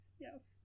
yes